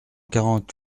quarante